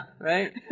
right